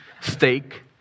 Steak